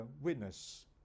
witness